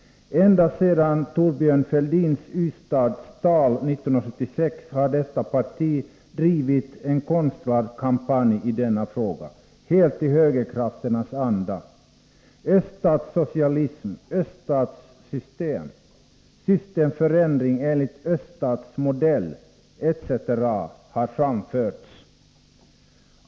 Ända sedan Thorbjörn Fälldins Ystadstal 1976 har detta parti drivit en konstlad kampanj i denna fråga, helt i högerkrafternas anda. Öststatssocialism, öststatssystem, systemförändring enligt öststatsmodell osv. har nämnts.